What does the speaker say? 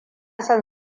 son